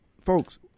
folks